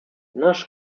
nasz